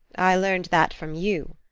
i learned that from you.